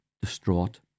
distraught